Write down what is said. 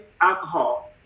alcohol